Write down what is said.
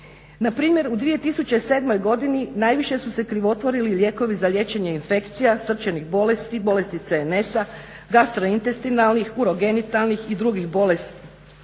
Na primjer u 2007. godini najviše su se krivotvorili lijekovi za liječenje infekcija, srčanih bolesti, bolesti CNS-a, gastrointestinalnih, urogenitalnih i drugih bolesti.